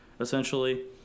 essentially